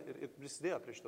ir ir prisidėjo prie šito